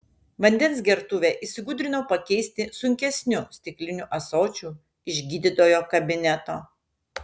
vandens gertuvę įsigudrinau pakeisti sunkesniu stikliniu ąsočiu iš gydytojo kabineto